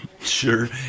Sure